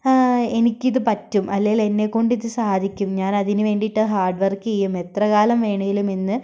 എനിക്കിത് പറ്റും അല്ലെങ്കിൽ എന്നെക്കൊണ്ടിത് സാധിക്കും ഞാനതിന് വേണ്ടിയിട്ട് ഹാർഡ് വർക്ക് ചെയ്യും എത്രകാലം വേണെങ്കിലുമെന്ന്